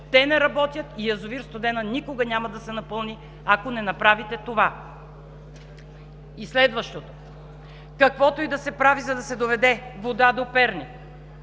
те не работят и язовир „Студена“ никога няма да се напълни, ако не направите това. Следващото, каквото и да се прави, за да се доведе вода до Перник,